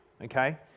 Okay